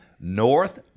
north